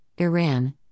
Iran